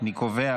אני קובע